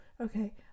Okay